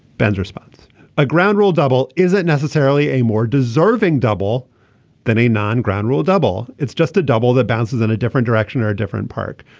ben's response a ground rule double isn't necessarily a more deserving double than a non ground rule double. it's just a double that bounces in a different direction or a different park.